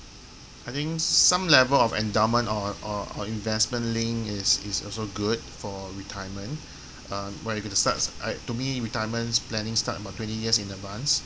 I think some level of endowment or or or investment linked is is also good for retirement um where it gonna starts I to me retirements planning start about twenty years in advance